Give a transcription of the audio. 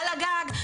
על הגג,